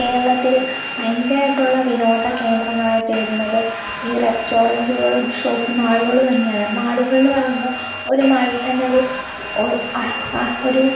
കേരളത്തിൽ ഭയങ്കര ആയിട്ടുള്ള വിനോദ കേന്ദ്രങ്ങളായിട്ട് വരുന്നത് ഈ റെസ്റ്റോറൻറുകളും ഷോപ്പിംഗ് മാളുകളും തന്നെയാണ് മാളുകളെന്ന് പറയുമ്പോൾ ഒരു മാളിൽ തന്നെ ഒരു ആ ഒരു